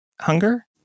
hunger